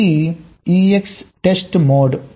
ఇది EXTEST mode